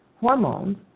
hormones